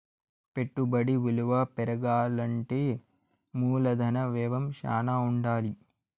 పెట్టుబడి విలువ పెరగాలంటే మూలధన వ్యయం శ్యానా ఉండాలి